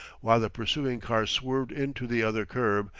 while the pursuing car swerved in to the other curb,